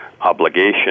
obligation